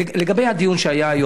לגבי הדיון שהיה היום,